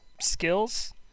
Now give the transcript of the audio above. skills